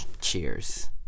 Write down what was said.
Cheers